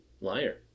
liar